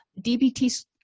DBT